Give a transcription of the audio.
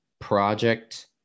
project